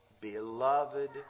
beloved